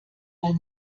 mal